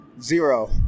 Zero